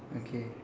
okay